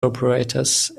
operators